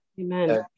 Amen